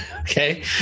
Okay